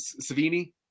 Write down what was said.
Savini